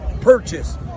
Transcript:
purchase